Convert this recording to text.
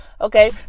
okay